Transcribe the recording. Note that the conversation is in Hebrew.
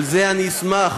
על זה אני אשמח,